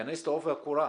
להיכנס לעובי הקורה.